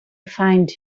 find